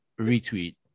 retweet